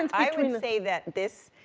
and i and would and say that this,